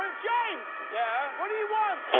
ah james! yeah what do you want?